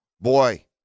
Boy